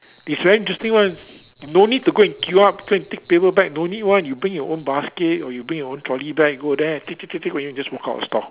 it's very interesting one no need to go and queue up go and take paper bag no need one you bring your own basket or you bring your own trolley bag go there take take take take then you walk out of store